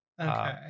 Okay